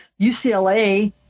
UCLA